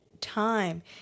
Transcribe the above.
time